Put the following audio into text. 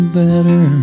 better